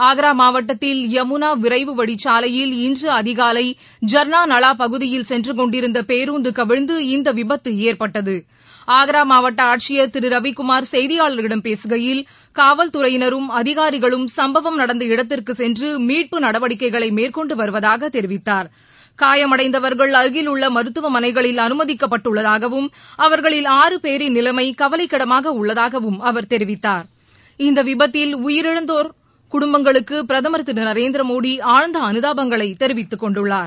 ஆக்ரா மாவட்டத்தில் யமுனா விரைவு வழிச்சாலையில் இன்று அதிகாலை ஜர்னாநளா பகுதியில் சென்றுக் கொண்டிருந்த பேருந்து கவிழ்ந்து இந்த விபத்து ஏற்பட்டது ஆக்ரா மாவட்ட ஆட்சியர் திரு ரவிக்குமார் செய்தியாளர்களிடம் பேசுகையில் காவல்துறையினரும் அதிகாரிகளும் சம்பவம் நடந்த இடத்திற்கு சென்று மீட்பு நடவடிக்கைகளை மேற்கொண்டு வருவதாக தெரிவித்தார் காயமடைந்தவர்கள் அருகிலுள்ள மருத்துவமனைகளில் அனுமதிக்கப்பட்டுள்ளதாகவும் அவர்களில் ஆறு பேரின் நிலைமை கவலைக்கிடமாக உள்ளதாகவும் அவர் தெரிவித்தார் இந்த விபத்தில் உயிரிழந்தோர் குடும்பங்களுக்கு பிரதமர் திரு நரேந்திரமோடி ஆழ்ந்த அனுதாபங்களை தெரிவித்து கொண்டுள்ளார்